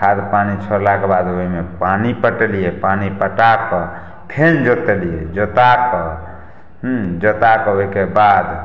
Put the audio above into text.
खाद पानी छोड़लाके बाद ओहिमे पानि पटेलियै पानि पटा कऽ फेन जोतलियै जोता कऽ जोता कऽ ओहिके बाद